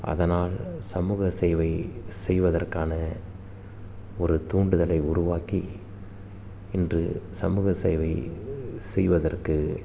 அதனால் சமூக சேவை செய்வதற்கான ஒரு தூண்டுதலை உருவாக்கி இன்று சமூக சேவை செய்வதற்கு